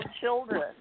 children